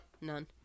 None